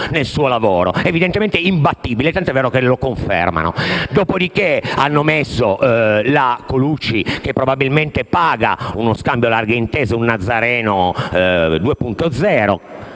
nel suo lavoro, evidentemente è imbattibile, tanto è vero che lo confermano. Dopodiché hanno messo la Colucci, che probabilmente paga uno scambio a larghe intese, un Nazareno 2.0;